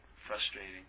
frustrating